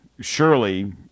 Surely